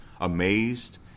amazed